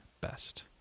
best